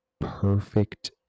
perfect